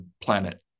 planet